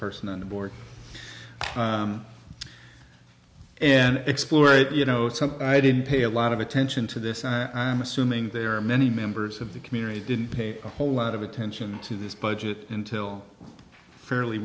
person on the board and explore it you know something i didn't pay a lot of attention to this i'm assuming there are many members of the community didn't pay a whole lot of attention to this budget until fairly